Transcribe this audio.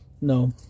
No